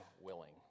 willing